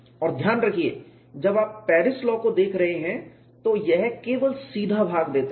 और ध्यान रखिए जब आप पेरिस लाॅ को देख रहे हैं तो यह केवल सीधा भाग देता है